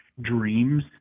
dreams